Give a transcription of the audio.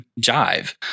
jive